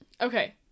okay